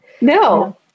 No